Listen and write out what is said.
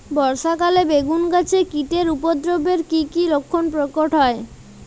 বর্ষা কালে বেগুন গাছে কীটের উপদ্রবে এর কী কী লক্ষণ প্রকট হয়?